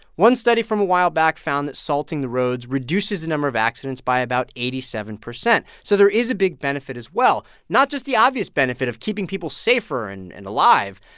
one study from a while back found that salting the roads reduces the number of accidents by about eighty seven percent, so there is a big benefit as well not just the obvious benefit of keeping people safer and and alive,